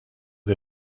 die